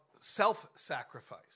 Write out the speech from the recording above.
self-sacrifice